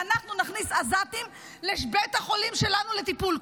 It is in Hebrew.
שאנחנו נכניס עזתים לבית החולים שלנו לטיפול.